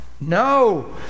no